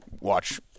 watch